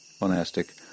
monastic